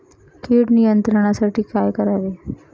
कीड नियंत्रणासाठी काय करावे?